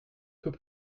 peut